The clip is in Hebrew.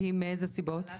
מאילו סיבות?